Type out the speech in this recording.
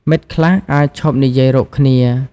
មិត្តខ្លះអាចឈប់និយាយរកគ្នា។